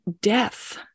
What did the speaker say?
death